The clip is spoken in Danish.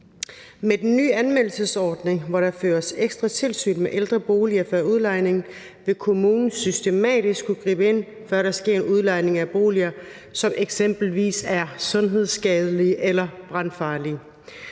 Med den nye anmeldelsesordning, hvor der føres ekstra tilsyn med ældre boliger før udlejning, vil kommunen systematisk kunne gribe ind, før der sker en udlejning af boliger, som eksempelvis er sundhedsskadelige eller brandfarlige.